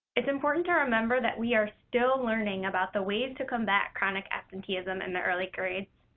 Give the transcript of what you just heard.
it's important to remember that we are still learning about the ways to combat chronic absenteeism in the early grades,